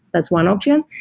that's one option.